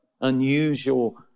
unusual